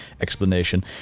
explanation